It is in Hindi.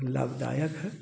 लाभदायक है